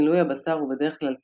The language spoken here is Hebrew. מילוי הבשר הוא בדרך כלל טלה,